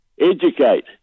Educate